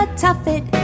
tuffet